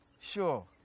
Sure